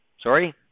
Sorry